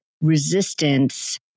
resistance